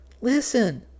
Listen